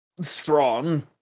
strong